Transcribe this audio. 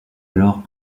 alors